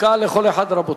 דקה לכל אחד, רבותי.